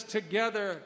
Together